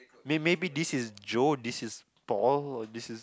may maybe this is Joe this is Paul or this is